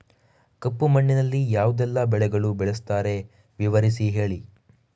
ಕಪ್ಪು ಮಣ್ಣಿನಲ್ಲಿ ಯಾವುದೆಲ್ಲ ಬೆಳೆಗಳನ್ನು ಬೆಳೆಸುತ್ತಾರೆ ವಿವರಿಸಿ ಹೇಳಿ